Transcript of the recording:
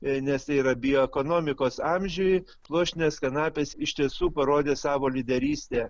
nes tai yra bioekonomikos amžiuj pluoštinės kanapės iš tiesų parodė savo lyderystę